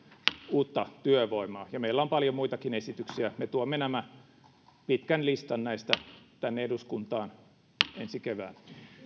uutta työvoimaa ja meillä on paljon muitakin esityksiä me tuomme nämä pitkän listan näistä tänne eduskuntaan ensi keväänä